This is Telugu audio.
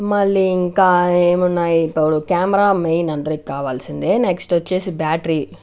మళ్ళీ ఇంకా ఏం వున్నాయి ఇప్పుడు కేమెరా మెయిన్ అందరికి కావాల్సిందే నెక్స్ట్ వచ్చేసి బ్యాటరీ